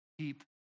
keep